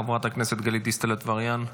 חברת הכנסת גלית דיסטל אטבריאן,